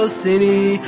city